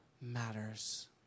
matters